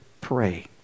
pray